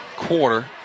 Quarter